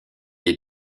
est